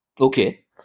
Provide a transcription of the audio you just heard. Okay